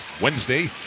Wednesday